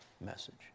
message